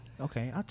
Okay